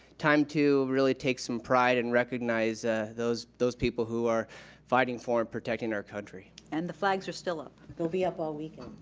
time to really take some pride and recognize ah those those people who are fighting for and protecting our country. and the flags are still up, they'll be up all weekend.